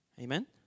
Amen